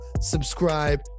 subscribe